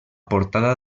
portada